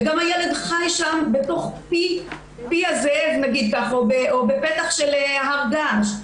וגם הילד חי שם בתוך פי הזאב או בפתח של הר געש,